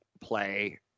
play